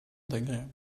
agréable